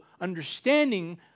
Understanding